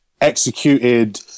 executed